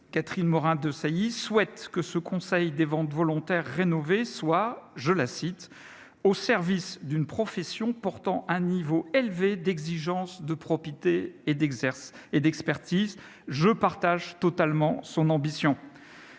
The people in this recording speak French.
Catherine Morin-Desailly souhaite que ce Conseil des ventes volontaires rénové soit « au service d'une profession portant un niveau élevé d'exigence de probité et d'expertise ». Je partage totalement son ambition.